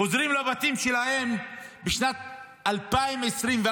חוזרים לבתים שלהם בשנת 2024,